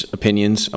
opinions